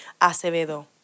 Acevedo